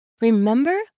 Remember